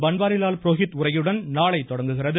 பன்வாரிலால் புரோஹித் உரையுடன் நாளை தொடங்குகிறது